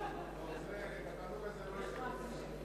42. הצעת